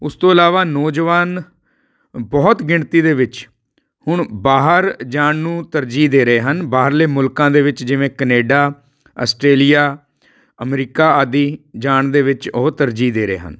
ਉਸ ਤੋਂ ਇਲਾਵਾ ਨੌਜਵਾਨ ਬਹੁਤ ਗਿਣਤੀ ਦੇ ਵਿੱਚ ਹੁਣ ਬਾਹਰ ਜਾਣ ਨੂੰ ਤਰਜੀਹ ਦੇ ਰਹੇ ਹਨ ਬਾਹਰਲੇ ਮੁਲਕਾਂ ਦੇ ਵਿੱਚ ਜਿਵੇਂ ਕਨੇਡਾ ਅਸਟਰੇਲੀਆ ਅਮਰੀਕਾ ਆਦਿ ਜਾਣ ਦੇ ਵਿੱਚ ਉਹ ਤਰਜੀਹ ਦੇ ਰਹੇ ਹਨ